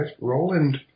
Roland